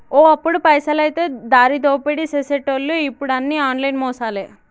ఓ అప్పుడు పైసలైతే దారిదోపిడీ సేసెటోళ్లు ఇప్పుడు అన్ని ఆన్లైన్ మోసాలే